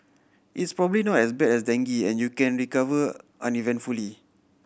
it's probably not as bad as dengue and you can recover uneventfully